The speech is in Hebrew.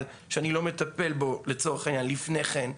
כשאני לא מטפל בו לצורך העניין לפני כן,